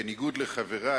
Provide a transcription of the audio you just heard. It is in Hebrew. בניגוד לחברי,